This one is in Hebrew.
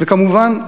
וכמובן,